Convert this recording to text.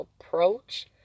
approach